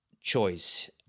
choice